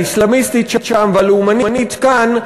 האסלאמיסטית שם והלאומנית כאן,